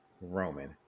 Roman